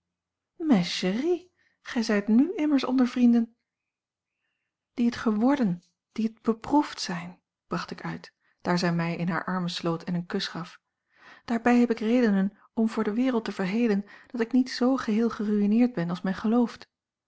mais chérie gij zijt n immers onder vrienden die het geworden die beproefd zijn bracht ik uit daar zij mij in hare armen sloot en een kus gaf daarbij heb ik redenen om voor de wereld te verhelen dat ik niet z geheel geruïneerd ben als men gelooft